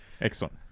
Excellent